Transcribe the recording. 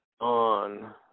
on